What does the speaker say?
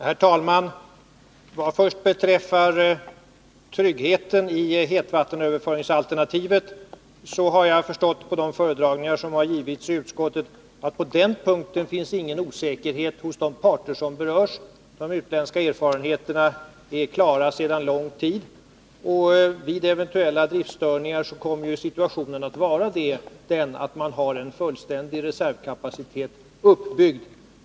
Herr talman! Vad först beträffar tryggheten i hetvattenöverföringsalternativet, har jag förstått av de föredragningar som gjorts i utskottet att på den punkten finns ingen osäkerhet hos de parter som berörs. De utländska erfarenheterna är klara sedan lång tid. Vid eventuella driftsstörningar kommer situationen att vara den att man har en fullständig reservkapacitet uppbyggd.